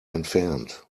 entfernt